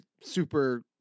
super